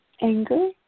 Anger